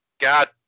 God